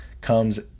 comes